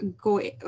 go